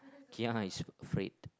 kia is afraid